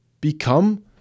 become